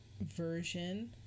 version